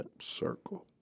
circle